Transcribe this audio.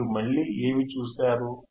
మీరు మళ్ళీ ఏమి చూశారు